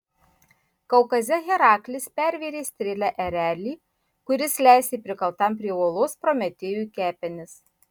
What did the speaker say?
kaukaze heraklis pervėrė strėle erelį kuris lesė prikaltam prie uolos prometėjui kepenis